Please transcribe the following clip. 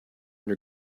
your